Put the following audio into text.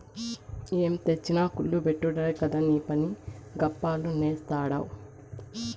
ఏం తెచ్చినా కుల్ల బెట్టుడే కదా నీపని, గప్పాలు నేస్తాడావ్